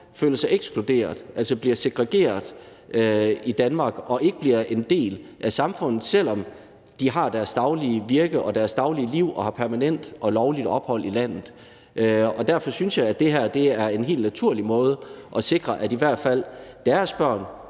føler sig ekskluderet, altså bliver segregeret, i Danmark og ikke bliver en del af samfundet, selv om de har deres daglige virke og deres daglige liv og har permanent og lovligt ophold i landet. Og derfor synes jeg, at det her er en helt naturlig måde at sikre, at i hvert fald deres børn